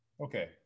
Okay